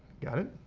got it?